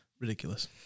Ridiculous